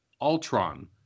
Ultron